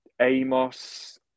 Amos